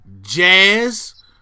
Jazz